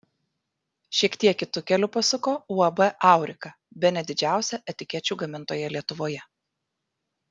šiek tiek kitu keliu pasuko uab aurika bene didžiausia etikečių gamintoja lietuvoje